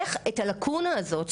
איך את הלקונה הזאת,